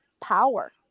power